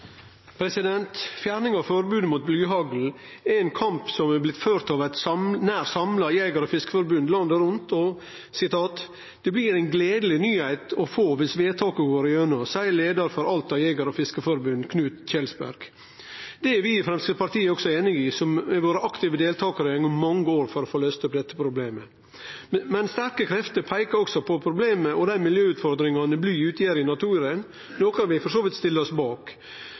kamp som har blitt ført av eit nær samla Jeger- og Fiskerforbund landet rundt. «Det blir en gledelig nyhet å få hvis vedtaket går gjennom», seier leiar i Alta jeger- og fiskerforbund, Knut Kjeldsberg. Det er vi i Framstegspartiet også einige i, som har vore aktive deltakarar gjennom mange år for å få løyst dette problemet. Men sterke krefter peiker også på problemet og dei miljøutfordringane bly utgjer i naturen, noko vi for så vidt stiller oss bak.